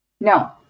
No